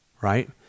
right